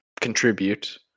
contribute